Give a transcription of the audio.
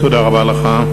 תודה רבה לך.